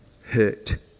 hurt